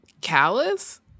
callous